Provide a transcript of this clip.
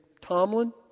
Tomlin